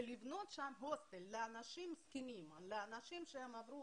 שהם מבחינתם הסוכנויות הרלוונטיות,